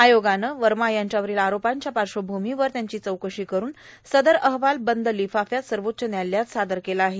आयोगानं वमा यांच्यावरोल आरोपाच्या पाश्वभूमीवर त्यांची चौकशी करून सदर अहवाल बंद र्लफाफ्यात सर्वाच्च न्यायालयात सादर केला आहे